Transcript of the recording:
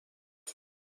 میزم